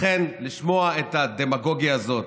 לכן, לשמוע את הדמגוגיה הזאת,